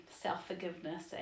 self-forgiveness